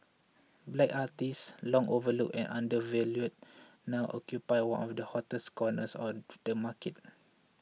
black artists long overlooked and undervalued now occupy one of the hottest corners of the market